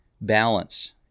balance